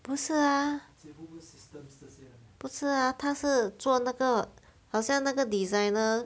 不是 ah 不是他是做那个好像那个 designer